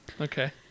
Okay